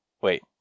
Wait